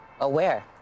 aware